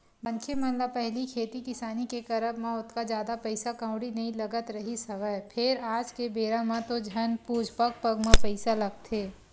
मनखे मन ल पहिली खेती किसानी के करब म ओतका जादा पइसा कउड़ी नइ लगत रिहिस हवय फेर आज के बेरा म तो झन पुछ पग पग म पइसा लगथे